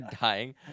dying